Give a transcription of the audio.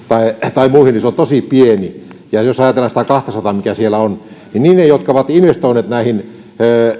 tai muihin on tosi pieni jos ajatellaan sitä kahtasataa mikä siellä on niin niin ne jotka ovat investoineet näihin